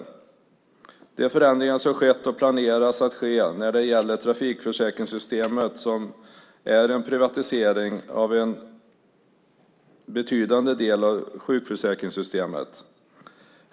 Det handlar om de förändringar som skett och planeras att ske när det gäller trafikförsäkringssystemet, det vill säga en privatisering av en betydande del av sjukförsäkringssystemet.